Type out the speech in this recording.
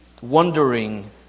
wondering